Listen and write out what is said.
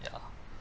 ya